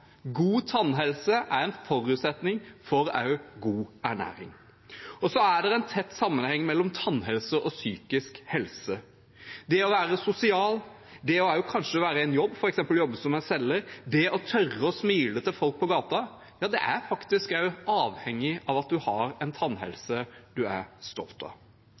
God tannhelse er en forutsetning for god ernæring. Det er også en tett sammenheng mellom tannhelse og psykisk helse. Det å være sosial, det å være i jobb, f.eks. å jobbe som selger, det å tørre å smile til folk på gata, er faktisk også avhengig at man har en tannhelse man er stolt av.